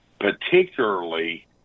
particularly